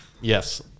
Yes